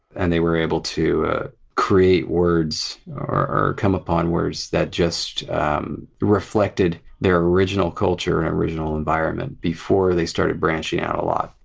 and they were able to create words or come upon words that just um reflected their original culture and original environment before they started branching out a lot.